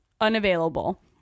Unavailable